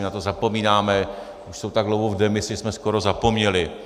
Na to zapomínáme, už jsou tak dlouho v demisi, že jsme na to skoro zapomněli.